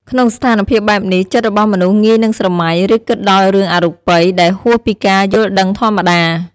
ក្នុងស្ថានភាពបែបនេះ ចិត្តរបស់មនុស្សងាយនឹងស្រមៃ ឬគិតដល់រឿងអរូបី ដែលហួសពីការយល់ដឹងធម្មតា ។